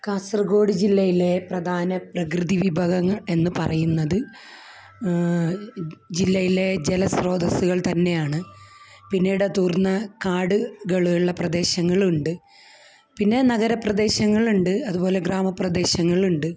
കാസർഗോഡ് ജില്ലയിലെ പ്രധാന പ്രകൃതി വിഭവങ്ങൾ എന്നു പറയുന്നത് ജില്ലയിലെ ജലസ്രോതസ്സുകൾ തന്നെയാണ് പിന്നെ ഇടതൂർന്ന കാടുകളുള്ള പ്രദേശങ്ങള് ഉണ്ട് പിന്നെ നഗരപ്രദേശങ്ങളുണ്ട് അതുപോലെ ഗ്രാമപ്രദേശങ്ങളുണ്ട്